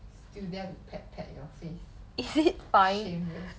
still dare to pat pat your face shameless